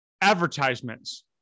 advertisements